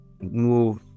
move